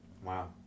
Wow